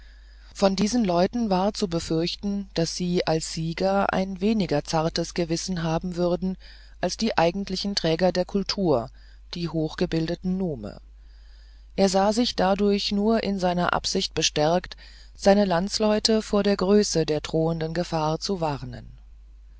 von diesen leuten war zu befürchten daß sie als sieger ein weniger zartes gewissen haben würden als die eigentlichen träger der kultur die hochgebildeten nume er sah sich dadurch nur in seiner absicht bestärkt seine landsleute vor der größe der drohenden gefahr zu warnen